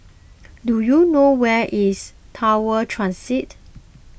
do you know where is Tower Transit